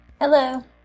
Hello